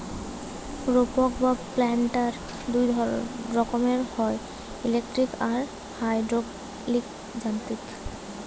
রোপক বা প্ল্যান্টার দুই রকমের হয়, ইলেকট্রিক আর হাইড্রলিক যান্ত্রিক